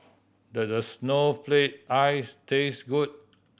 does snowflake ice taste good